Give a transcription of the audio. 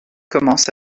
commence